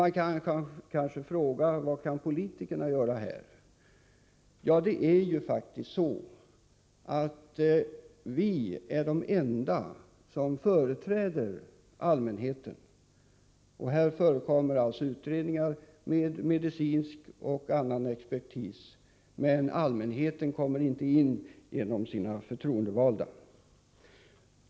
Man kan kanske fråga: Vad kan politikerna göra här? Ja, vi är faktiskt de enda som företräder allmänheten. Det förekommer alltså utredningar med medicinsk och annan expertis, men allmänheten kommer inte in genom sina förtroendevalda.